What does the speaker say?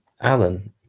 Alan